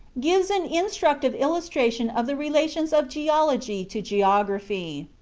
gives an instructive illustration of the relations of geology to geography.